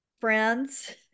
friends